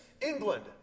England